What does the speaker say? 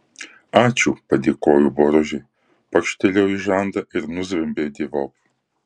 ačiū padėkojo boružė pakštelėjo į žandą ir nuzvimbė dievop